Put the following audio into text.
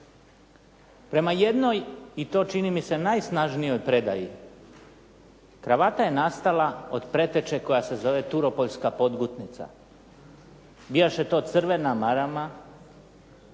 Prema jednoj i to čini mi se najsnažnijoj predaji, kravata je nastala od preteče koja se zove turopoljska podgutnica. Bijaše to crvena marama,